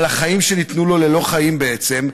על החיים שניתנו לו ללא חיים בעצם,